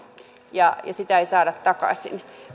ja sitä ei saada takaisin